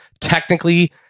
technically